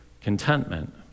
contentment